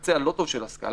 בקצה הלא טוב של הסקאלה,